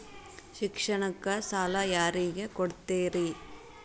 ಶಿಕ್ಷಣಕ್ಕ ಸಾಲ ಯಾರಿಗೆ ಕೊಡ್ತೇರಿ?